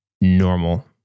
normal